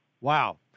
Wow